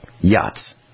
yachts